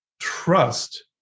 trust